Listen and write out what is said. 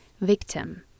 victim